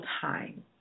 time